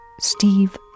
Steve